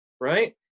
right